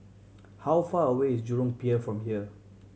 how far away is Jurong Pier from here